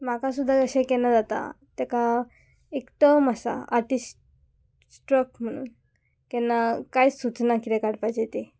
म्हाका सुद्दां अशें केन्ना जाता तेका एक टर्म आसा आर्टीस्ट स्ट्रक म्हणून केन्ना कांयच सुचना कितें काडपाचें तें